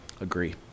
agree